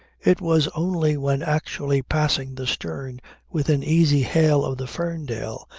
it was only when actually passing the stern within easy hail of the ferndale,